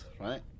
right